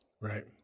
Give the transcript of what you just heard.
Right